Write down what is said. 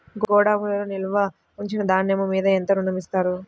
గోదాములో నిల్వ ఉంచిన ధాన్యము మీద ఎంత ఋణం ఇస్తారు?